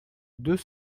deux